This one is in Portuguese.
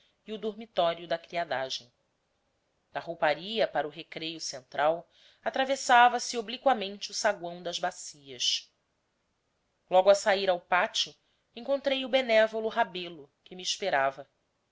e o dormitório da criadagem da rouparia para o recreio central atravessava se obliquamente o saguão das bacias logo a sair ao pátio encontrei o benévolo rebelo que me esperava